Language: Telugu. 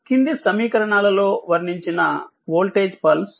కింది సమీకరణాలలో వర్ణించిన వోల్టేజ్ పల్స్0